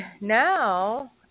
now